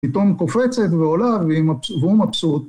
פתאום קופצת ועולה והוא מבסוט.